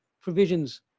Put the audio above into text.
provisions